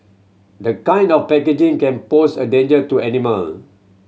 the kind of packaging can pose a danger to animal